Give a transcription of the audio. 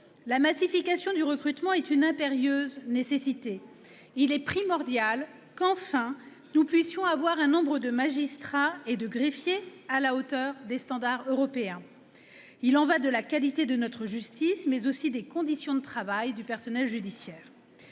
la massification du recrutement est une impérieuse nécessité. Il est primordial que nous puissions enfin avoir un nombre de magistrats et de greffiers à la hauteur des standards européens. Il y va de la qualité de notre justice, ainsi que des conditions de travail du personnel judiciaire.